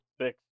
six